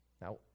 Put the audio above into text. Now